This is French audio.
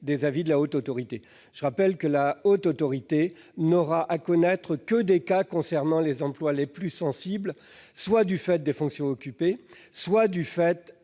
des avis de la HATVP. Je rappelle que la Haute Autorité n'aura à connaître que les cas touchant aux emplois les plus sensibles, du fait soit des fonctions occupées, soit du